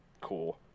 cool